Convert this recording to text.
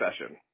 session